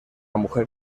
mujer